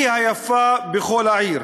מי היפה בכל העיר?